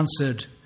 answered